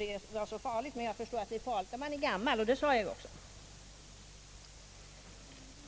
är farligt att säga om man är gammal, det sade jag ju också.